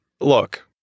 look